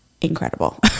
incredible